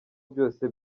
byose